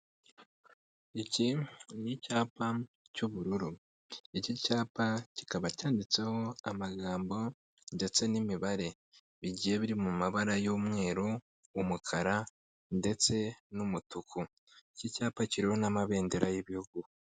Iki ni icyapa cy'ubururu, iki cyapa kikaba cyanditseho amagambo ndetse n'imibare bigiye biri mu mabara y'umweru, umukara ndetse n'umutuku. Iki cyapa kiriho n'amabendera y'ibihugu.